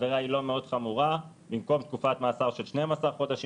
והעבירה היא לא מאוד חמורה במקום תקופת מאסר של של 12 חודשים,